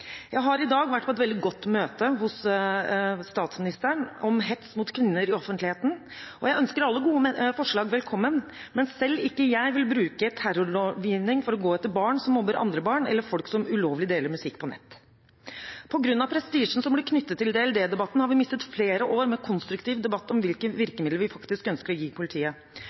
Jeg har i dag vært på et veldig godt møte hos statsministeren om hets mot kvinner i offentligheten. Jeg ønsker alle gode forslag velkommen, men selv ikke jeg vil bruke terrorlovgivning for å gå etter barn som mobber andre barn, eller folk som ulovlig deler musikk på nett. På grunn av prestisjen som ble knyttet til DLD-debatten, har vi mistet flere år med konstruktiv debatt om hvilke virkemidler vi faktisk ønsker å gi politiet,